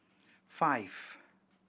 five